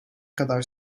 kadar